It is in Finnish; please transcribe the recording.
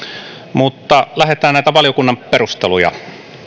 mutta lähdetään käymään läpi näitä valiokunnan perusteluja